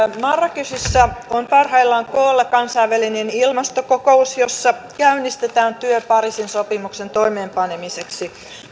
marrakechissa on parhaillaan koolla kansainvälinen ilmastokokous jossa käynnistetään työ pariisin sopimuksen toimeenpanemiseksi